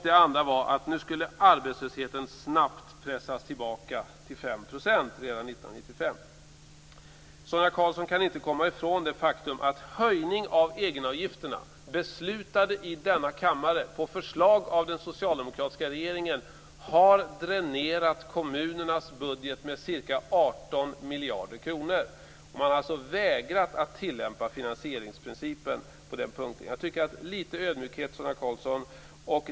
Det andra var att arbetslösheten snabbt skulle pressas tillbaka till 5 % redan 1995. Sonia Karlsson kan inte komma ifrån det faktum att höjningen av egenavgifterna, beslutad i denna kammare på förslag av den socialdemkratiska regeringen, har dränerat kommunernas budget med ca 18 miljarder kronor. Man har alltså vägrat att tillämpa finansieringsprincipen på den punkten. Jag tycker att det skulle vara bra med litet ödmjukhet, Sonia Karlsson.